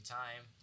time